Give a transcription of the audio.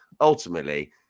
ultimately